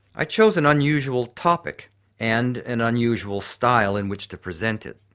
i chose an unusual topic and an unusual style in which to present it.